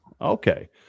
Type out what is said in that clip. Okay